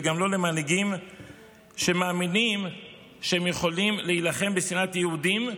וגם לא למנהיגים שמאמינים שהם יכולים להילחם בשנאת יהודים,